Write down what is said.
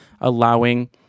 allowing